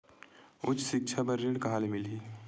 उच्च सिक्छा बर ऋण कहां ले मिलही?